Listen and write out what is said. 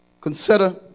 Consider